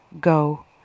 Go